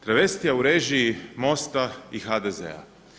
Travestija u režiji MOST-a i HDZ-a.